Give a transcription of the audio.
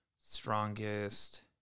Strongest